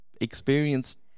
experienced